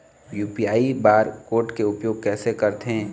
UPI bar code के उपयोग कैसे करथें?